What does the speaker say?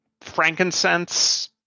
frankincense